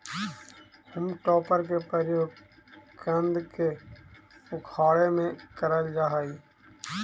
home टॉपर के प्रयोग कन्द के उखाड़े में करल जा हई